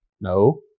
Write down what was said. No